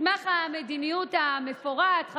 מסמך המדיניות המפורט בנושא,